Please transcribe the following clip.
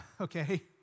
okay